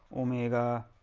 omega,